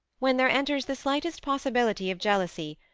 when there enters the slightest possibility of jealousy,